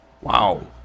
Wow